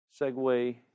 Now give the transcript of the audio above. segue